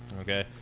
Okay